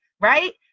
right